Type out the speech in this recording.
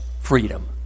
freedom